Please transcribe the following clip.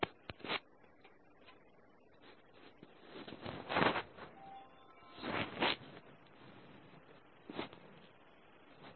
तो आज के लिए बस इतना ही आप सभी का बहुत बहुत धन्यवाद